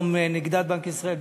נגידת בנק ישראל,